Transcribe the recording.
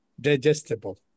digestible